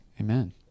Amen